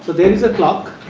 there is a clock,